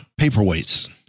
paperweights